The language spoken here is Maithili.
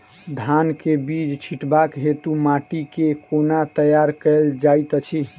धान केँ बीज छिटबाक हेतु माटि केँ कोना तैयार कएल जाइत अछि?